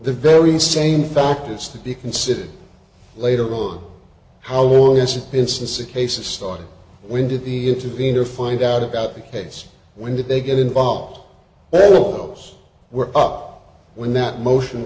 the very same fact is to be considered later on how long has it been since a case of started when did he intervene or find out about the case when did they get involved oh yes we're up when that motion